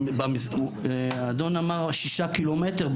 האדון אמר 6 קילומטר.